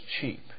cheap